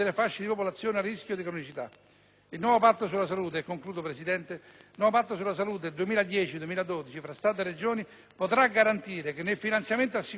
Il nuovo Patto sulla salute 2010-2012 tra Stato e Regioni, potrà garantire che nel finanziamento assicurato sia prevista una quota calcolata